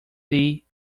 api